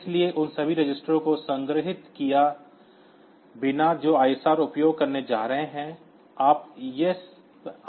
इसलिए उन सभी रजिस्टरों को संग्रहीत किए बिना जो ISR उपयोग करने जा रहे हैं